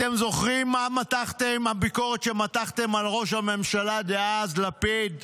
אתם זוכרים את הביקורת שמתחתם על ראש הממשלה דאז לפיד,